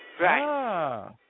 Right